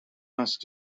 must